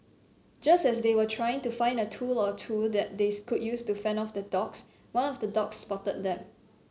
just as they were trying to find a tool or two that they could use to fend off the dogs one of the dogs spotted them